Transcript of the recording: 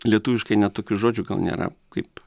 lietuviškai net tokių žodžių gal nėra kaip